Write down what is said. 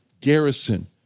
garrison